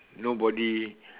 nobody